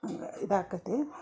ಹಂಗ ಇದಾಕೈತಿ